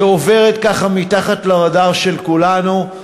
שעוברת ככה מתחת לרדאר של כולנו,